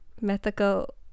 mythical